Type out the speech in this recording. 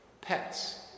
pets